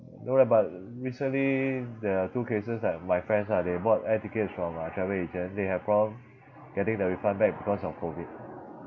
no leh but recently there are two cases like my friends lah they bought air tickets from a travel agent they have problem getting the refund back because of COVID